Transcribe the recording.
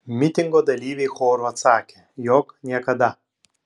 mitingo dalyviai choru atsakė jog niekada